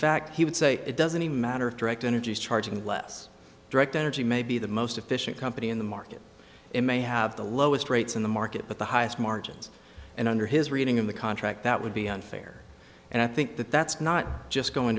fact he would say it doesn't matter if direct energy is charging less direct energy may be the most efficient company in the market it may have the lowest rates in the market but the highest margins and under his reading in the contract that would be unfair and i think that that's not just going